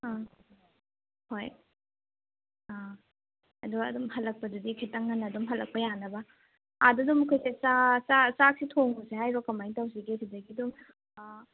ꯑꯥ ꯍꯣꯏ ꯑꯥ ꯑꯗꯣ ꯑꯗꯨꯝ ꯍꯟꯂꯛꯄꯗꯗꯤ ꯈꯤꯇꯪ ꯉꯟꯅ ꯑꯗꯨꯝ ꯍꯟꯂꯛꯄ ꯌꯥꯅꯕ ꯑꯥꯗ ꯗꯨꯝ ꯆꯛ ꯆꯥ ꯆꯥꯛꯁꯦ ꯊꯣꯡꯉꯨꯁꯦ ꯍꯥꯏꯔꯣ ꯀꯃꯥꯏꯅ ꯇꯧꯁꯤꯒꯦ ꯁꯤꯗꯒ ꯑꯗꯨꯝ ꯑꯥ